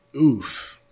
Oof